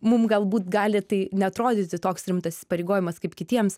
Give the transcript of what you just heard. mum galbūt gali tai neatrodyti toks rimtas įsipareigojimas kaip kitiems